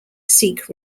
sikh